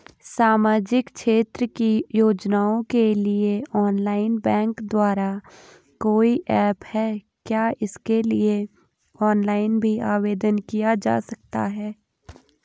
सामाजिक क्षेत्र की योजनाओं के लिए ऑनलाइन बैंक द्वारा कोई ऐप है क्या इसके लिए ऑनलाइन भी आवेदन किया जा सकता है?